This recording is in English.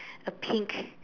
a pink